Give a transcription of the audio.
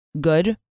good